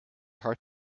heart